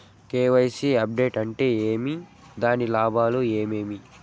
KYC update అంటే ఏమి? దాని లాభాలు ఏమేమి?